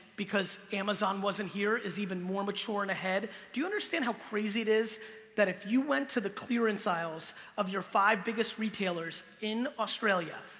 because amazon wasn't here, is even more mature and ahead, do you understand how crazy it is that if you went to the clearance aisles of your five biggest retailers in australia,